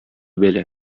бәла